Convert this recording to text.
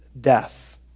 death